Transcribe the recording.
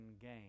gain